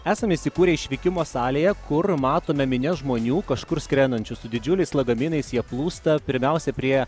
esame įsikūrę išvykimo salėje kur matome minias žmonių kažkur skrendančių su didžiuliais lagaminais jie plūsta pirmiausia prie